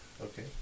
Okay